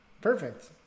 Perfect